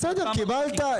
בסדר, קיבלת.